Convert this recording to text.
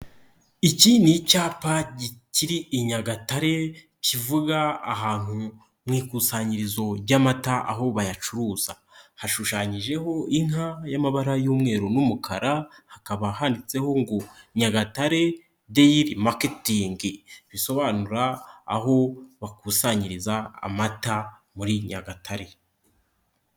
Iki ni icyapa kikiri i Nyagatare kivuga ahantu mu ikusanyirizo ry'amata aho bayacuruza, hashushanyijeho inka y'amabara y'umweru n'umukara hakaba handitseho ngo Nyagatare deyiri maketingi bisobanura aho bakusanyiriza amata muri Nyagatare.